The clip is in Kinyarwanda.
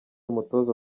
umutoza